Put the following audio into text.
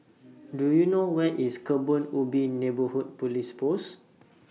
Do YOU know Where IS Kebun Ubi Neighbourhood Police Post